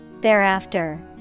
Thereafter